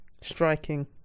Striking